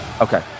Okay